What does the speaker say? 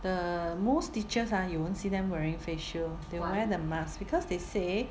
the most teachers ah you won't see them wearing face shield they will wear the mask because they say